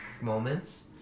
moments